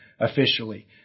officially